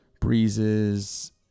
breezes